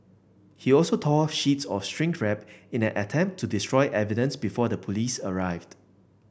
he also tore sheets of shrink wrap in an attempt to destroy evidence before the police arrived